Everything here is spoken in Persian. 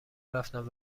رفتم